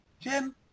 Jim